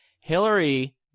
Hillary